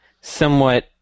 somewhat